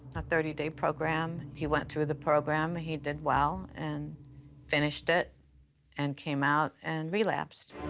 a thirty day program. he went through the program. he did well and finished it and came out and relapsed.